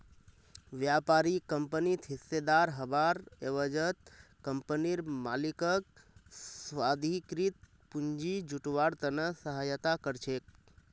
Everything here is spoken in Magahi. व्यापारी कंपनित हिस्सेदार हबार एवजत कंपनीर मालिकक स्वाधिकृत पूंजी जुटव्वार त न सहायता कर छेक